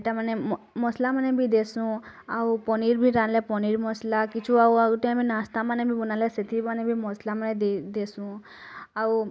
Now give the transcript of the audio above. ଇଟା ମସଲା ମାନ ବି ଦେସୁ ଆଉ ପନିର୍ ବି ରାନ୍ଧେଲେ ପନିର୍ ମସଲା କିଛି ଆଉ ଆଉ ଗୁଟେ ନାସ୍ତା ମାନେ ବି ବନାଲେ ସେଥିପାଇଁ ମସଲା ମାନେ ଦେସୁ ଆଉ